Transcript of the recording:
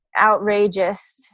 outrageous